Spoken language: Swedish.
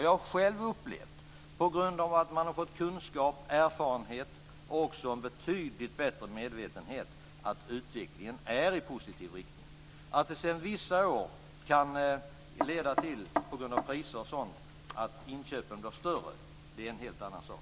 Jag har själv upplevt - man har fått kunskap, erfarenhet och en betydligt bättre medvetenhet - att utvecklingen är i positiv inriktning. Att det sedan i vissa år, på grund av priser och sådant, kan leda till att inköpen blir större är en helt annan sak.